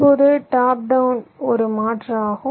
இப்போது top down ஒரு மாற்று ஆகும்